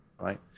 right